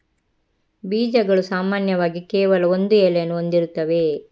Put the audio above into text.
ಬೀಜಗಳು ಸಾಮಾನ್ಯವಾಗಿ ಕೇವಲ ಒಂದು ಎಲೆಯನ್ನು ಹೊಂದಿರುತ್ತವೆ